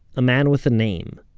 a man with a name.